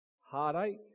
heartache